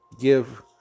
give